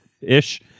Ish